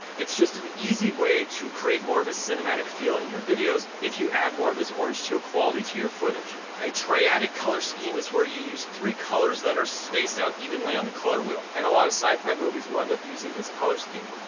it's just an easy way to create more of a cinematic feel in your videos, if you add more of this orange, teal quality to your footage. a triadic color scheme is where you use three colors that are spaced out evenly on the color wheel. and a lot of sci-fi movies will end up using this color scheme,